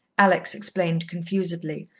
alex explained confusedly,